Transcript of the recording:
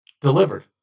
delivered